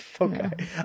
okay